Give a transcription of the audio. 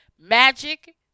Magic